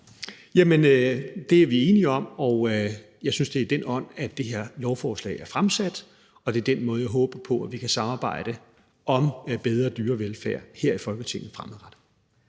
Det er vi enige om, og jeg synes, det er i den ånd, at det her lovforslag er fremsat, og det er den måde, jeg håber på at vi her i Folketinget kan samarbejde om bedre dyrevelfærd fremadrettet.